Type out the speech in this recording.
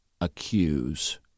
accuse